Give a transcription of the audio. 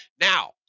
Now